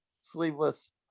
sleeveless